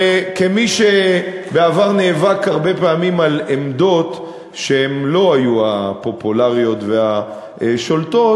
וכמי שבעבר נאבק הרבה פעמים על עמדות שהן לא היו הפופולריות והשולטות,